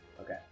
Okay